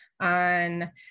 on